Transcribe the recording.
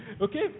Okay